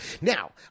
Now